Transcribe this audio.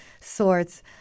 sorts